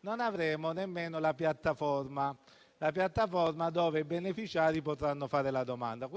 non avremo nemmeno la piattaforma sulla quale i beneficiari potranno fare la domanda.